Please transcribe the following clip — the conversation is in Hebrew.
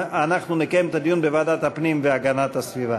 אנחנו נקיים את הדיון בוועדת הפנים והגנת הסביבה.